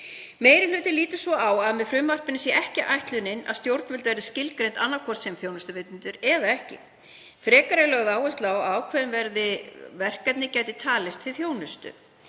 Meiri hlutinn lítur svo á að með frumvarpinu sé ekki ætlunin að stjórnvöld verði skilgreind annaðhvort sem þjónustuveitendur eða ekki. Frekar er lögð áhersla á að ákveðin verkefni geti talist til þjónustu.